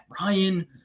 Ryan